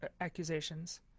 accusations